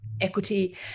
equity